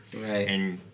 Right